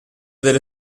delle